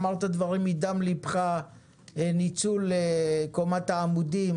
אמרת דברים מדם ליבך על ניצול קומת העמודים,